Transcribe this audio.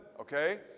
okay